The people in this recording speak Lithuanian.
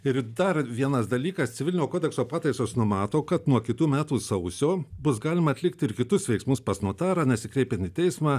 ir dar vienas dalykas civilinio kodekso pataisos numato kad nuo kitų metų sausio bus galima atlikti ir kitus veiksmus pas notarą nesikreipian į teismą